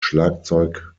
schlagzeug